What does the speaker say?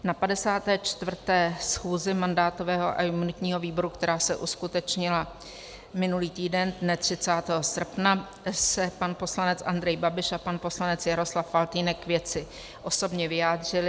Na 54. schůzi mandátového a imunitního výboru, která se uskutečnila minulý týden dne 30. srpna, se pan poslanec Andrej Babiš a pan poslanec Jaroslav Faltýnek k věci osobně vyjádřili.